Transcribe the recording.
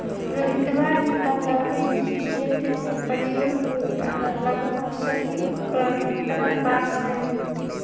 रोहितवा ने बतल कई कि खेत में प्रयोग होवे वाला लगभग सभी उपकरण ओकरा पास हई